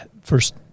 first